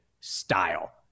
style